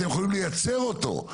אתם יכולים לייצר אותו,